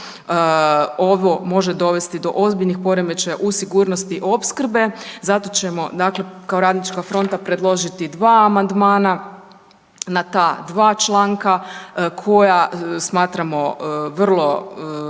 Ovo može dovesti do ozbiljnih poremećaja u sigurnosti opskrbe, zato ćemo dakle kao Radnička fronta predložiti dva amandmana na ta dva članka koja smatramo vrlo,